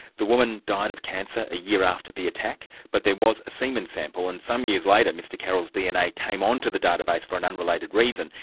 the woman died of cancer a year after the attack, but there was a semen sample, and some years later mr carroll's dna came on to the database by an unrelated reason,